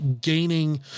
gaining